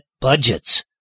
budgets